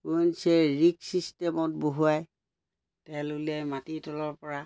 অ' N G C এ rig চিষ্টেমত বহুৱাই তেল উলিয়াই মাটিৰ তলৰ পৰা